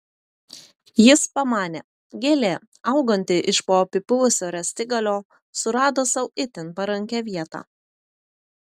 jis pamanė gėlė auganti iš po apipuvusio rąstigalio surado sau itin parankią vietą